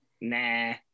Nah